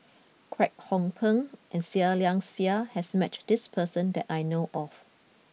Kwek Hong Png and Seah Liang Seah has met this person that I know of